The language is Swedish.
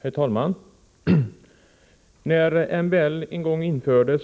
Herr talman! När MBL infördes